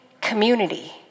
community